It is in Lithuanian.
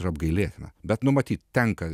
ir apgailėtina bet nu matyt tenka